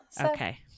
okay